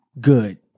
good